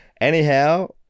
Anyhow